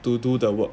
to do the work